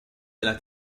della